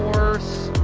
earth